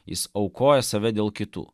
jis aukoja save dėl kitų